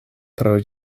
pro